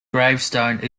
gravestone